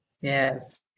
Yes